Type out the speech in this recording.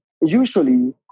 Usually